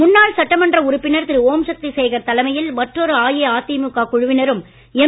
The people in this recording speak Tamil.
முன்னாள் சட்டமன்ற உறுப்பினர் திரு ஓம் சக்தி சேகர் தலைமையில் மற்றொரு அஇஅதிமுக குழுவினரும் எம்